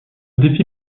défi